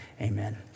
Amen